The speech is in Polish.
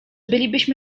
bylibyśmy